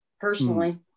personally